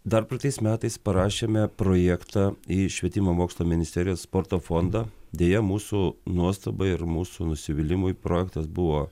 dar praeitais metais parašėme projektą į švietimo mokslo ministerijos sporto fondą deja mūsų nuostabai ir mūsų nusivylimui projektas buvo